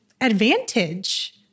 advantage